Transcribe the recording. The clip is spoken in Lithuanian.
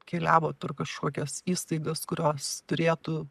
keliavo per kažkokias įstaigas kurios turėtų